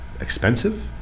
expensive